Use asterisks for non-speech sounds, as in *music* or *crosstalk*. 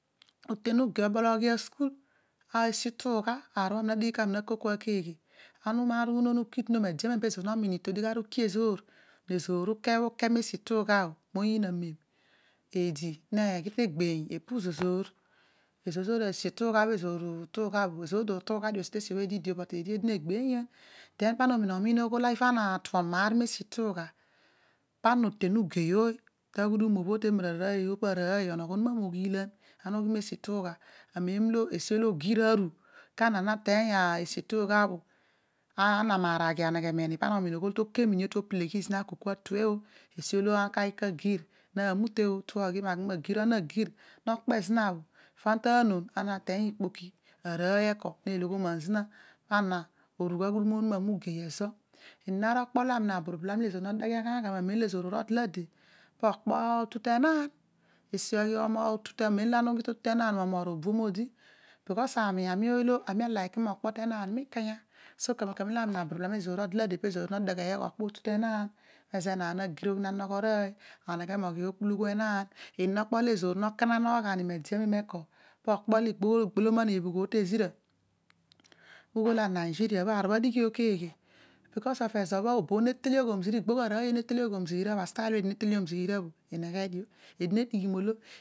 Oten ugei obol oghi asukul esi ituugh aar bho adighi kami ara kol kua bho keghe ana umaar unon uki tonum no oki ezoor ne ezoor ukar uki me tuugha bho moyiin amem eedi nekar eki te egbe eny epu zezoor, ezoor esi ituugha bho ezoor utuugho ezoor to osi dio tesi bho eedi idi bho kedio eedi ne gbeeny epo zezoor, den pa ana omin omiin ogho ibha ana atuom maar miituugha pa ana oten ugei ooy ta aghudum bho pa arooy onogho onuma moghiilan *hesitation* ituugha, amem esi olo ogir arue, ateeny osi ituugha. Ana amaar aghi mesi. Ituugha bho, ana ta loghom no seghe zina *hesitation* bo okpo otu te enaan, tute, amem ana ughi to tu de enaan aneghe mo moon obuom odi bkos aami, ami ooy oio amemalilei mo okpe tenaan mii kanyi bo kamen kanen olo aaami naburul blool aami udi, amem ezoor urol dalade pizoo no oheghee okpo tenaan inezo enaan na gir na nogho rooy eneghe mogh. Okpulughu enaan, inon okpo ezoor nokanan ogha ni miide amem eko po okpo olo igbolamon ebhubh te ezira obho ughol anaizuria, aar obho adighi bho keghe bkos ezo bho obobho ne teliom ezira bho, agtule eedi ne telio ezira, eedi nadighi molo.